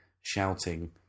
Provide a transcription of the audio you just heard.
shouting